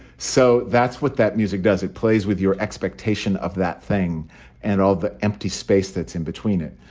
so that's what that music does. it plays with your expectation of that thing and all the empty space that's in between it.